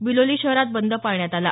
बिलोली शहरात बंद पाळण्यात आला